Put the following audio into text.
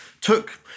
took